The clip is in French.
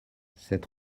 cette